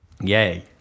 Yay